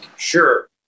sure